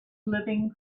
living